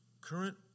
current